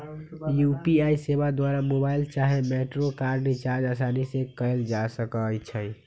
UPI सेवा द्वारा mobile चाहे मेट्रो कार्ड रिचार्ज असानी से कएल जा सकइ छइ